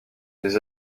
des